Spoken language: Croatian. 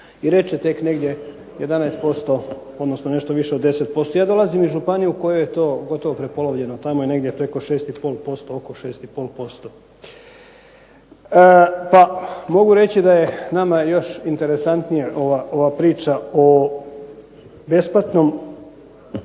razumije./… tek negdje 11%, odnosno nešto više od 10%. Ja dolazim iz županije u kojoj je to gotovo prepolovljeno, tamo je negdje preko 6 i pol posto, oko 6 i pol posto. Pa mogu reći da je nama još interesantnija ova priča o besplatnom